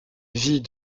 vie